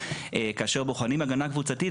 כאשר בוחנים הגנה קבוצתית,